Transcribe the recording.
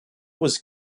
was